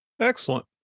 Excellent